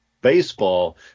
Baseball